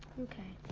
okay.